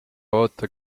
oota